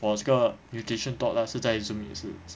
for 这个 nutrition talk lah 是在 Zoom 也是